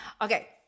okay